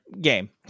game